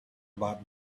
about